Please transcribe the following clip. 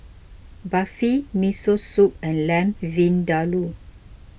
Barfi Miso Soup and Lamb Vindaloo